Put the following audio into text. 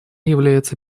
является